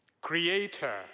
creator